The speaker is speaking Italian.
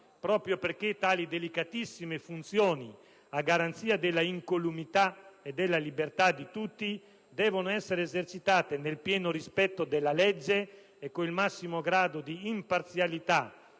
proprio perché tali delicatissime funzioni a garanzia dell'incolumità e della libertà di tutti devono essere esercitate nel pieno rispetto della legge e con il massimo grado di imparzialità,